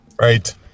Right